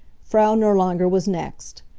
frau nirlanger was next.